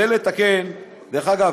דרך אגב,